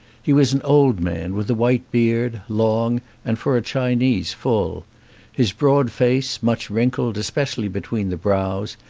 he was an old man, with a white beard, long and for a chinese full his broad face, much wrinkled, especially between the brows,